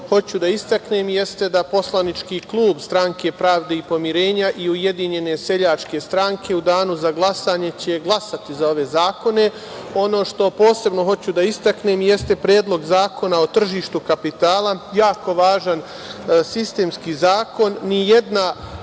hoću da istaknem jeste da Poslanički klub Stranke pravde i pomirenja i Ujedinjene seljačke stranke u danu za glasanje će glasati za ove zakone. Ono što posebno hoću da istaknem jeste Predlog zakona o tržištu kapitala. Jako važan sistemski zakon. Nijedna